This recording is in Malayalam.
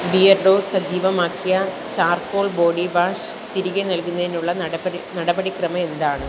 ബിയർഡോ സജീവമാക്കിയ ചാർക്കോൾ ബോഡി വാഷ് തിരികെ നൽകുന്നതിനുള്ള നടപടി നടപടിക്രമം എന്താണ്